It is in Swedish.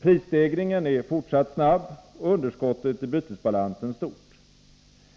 Prisstegringen är fortsatt snabb och underskottet i bytesbalansen stort.